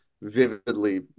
vividly